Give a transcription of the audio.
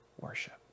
worship